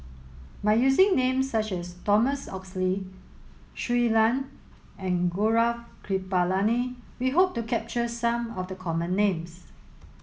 by using names such as Thomas Oxley Shui Lan and Gaurav Kripalani we hope to capture some of the common names